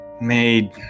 made